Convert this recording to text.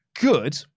good